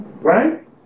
right